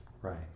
Right